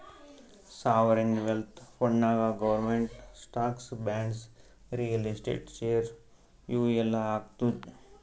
sovereign wealth ಫಂಡ್ನಾಗ್ government stocks, bonds, real estate, share ಇವು ಎಲ್ಲಾ ಹಾಕ್ತುದ್